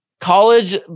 college